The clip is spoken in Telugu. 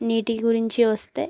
నీటి గురించి వస్తే